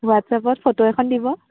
হোৱাটছ্আপত photo এখন দিব